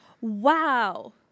Wow